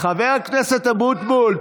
חבר הכנסת אבוטבול,